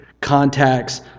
contacts